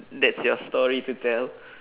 that's your story to tell